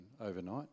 overnight